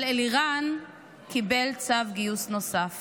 אבל אלירן קיבל צו גיוס נוסף